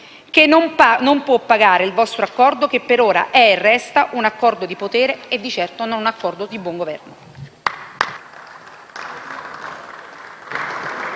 che non può pagare il vostro accordo che, per ora, è e resta un accordo di potere e di certo non un accordo di buon Governo.